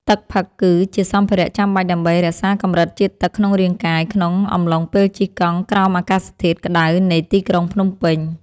ទឹកផឹកគឺ ជាសម្ភារៈចាំបាច់ដើម្បីរក្សាកម្រិតជាតិទឹកក្នុងរាងកាយ ក្នុងអំឡុងពេលជិះកង់ក្រោមអាកាសធាតុក្ដៅនៃទីក្រុងភ្នំពេញ។